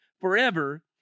forever